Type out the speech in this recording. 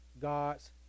God's